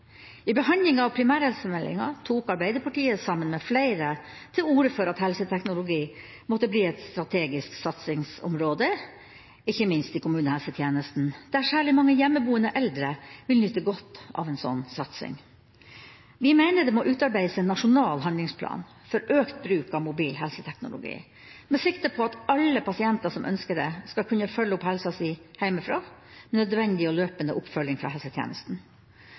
av primærhelsemeldinga tok Arbeiderpartiet sammen med flere til orde for at helseteknologi måtte bli et strategisk satsingsområde, ikke minst i kommunehelsetjenesten, da særlig mange hjemmeboende eldre vil nyte godt av en slik satsing. Vi mener det må utarbeides en nasjonal handlingsplan for økt bruk av mobil helseteknologi, med sikte på at alle pasienter som ønsker det, skal kunne følge opp helsa si hjemmefra med nødvendig og løpende oppfølging fra helsetjenesten.